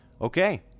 okay